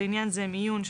לעניין זה - "מיון",